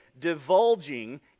divulging